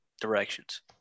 directions